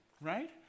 right